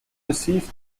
received